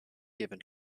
given